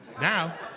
now